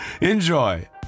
Enjoy